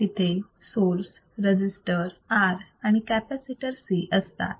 तिथे source resistor R आणि capacitor C असतात